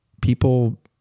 people